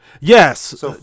Yes